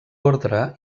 ordre